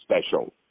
special